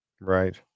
right